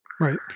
Right